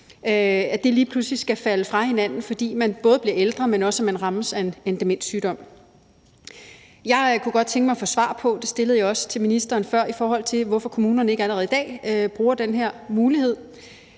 at det lige pludselig falder fra hinanden, fordi man ikke alene bliver ældre, men også rammes af en demenssygdom. Jeg kunne godt tænke mig at få svar på et spørgsmål, som jeg også stillede til ministeren før, nemlig i forhold til hvorfor kommunerne ikke allerede i dag bruger den her mulighed.